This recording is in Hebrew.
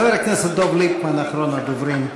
חבר הכנסת דב ליפמן, אחרון הדוברים.